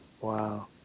Wow